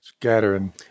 Scattering